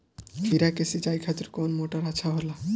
खीरा के सिचाई खातिर कौन मोटर अच्छा होला?